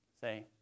say